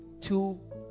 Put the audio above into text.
two